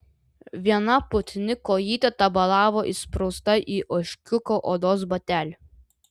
viena putni kojytė tabalavo įsprausta į ožkiuko odos batelį